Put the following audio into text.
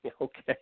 Okay